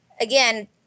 again